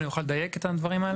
אני יכול לדייק את הדברים האלה?